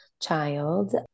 child